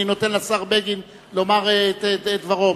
אני נותן לשר בגין לומר את דברו.